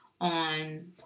on